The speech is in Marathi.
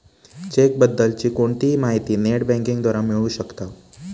चेक बद्दल ची कोणतीही माहिती नेट बँकिंग द्वारा मिळू शकताव